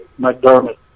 McDermott